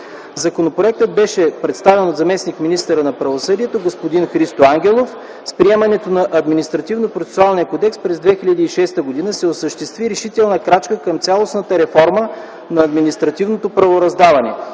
Законопроектът беше представен от заместник-министъра на правосъдието господин Христо Ангелов. С приемането на Административнопроцесуалния кодекс (АПК) през 2006 г. се осъществи решителна крачка към цялостната реформа на административното правораздаване.